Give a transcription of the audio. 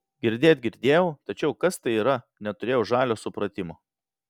girdėt girdėjau tačiau kas tai yra neturėjau žalio supratimo